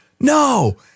No